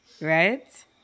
right